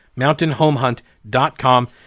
Mountainhomehunt.com